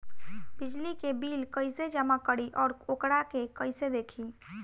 बिजली के बिल कइसे जमा करी और वोकरा के कइसे देखी?